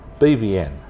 BVN